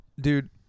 dude